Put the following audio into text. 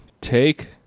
Take